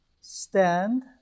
stand